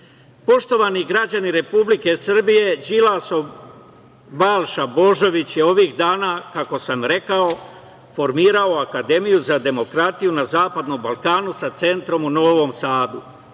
Srbije. Poštovani građani Republike Srbije, Đilasov Balša Božović je ovih dana, kako sam rekao, formirao Akademiju za demokratiju na zapadnom Balkanu, sa centrom u Novom Sadu.